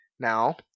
Now